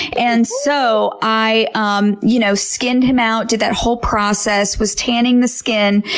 and so i um you know skinned him out, did that whole process, was tanning the skin.